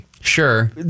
Sure